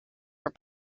were